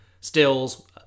stills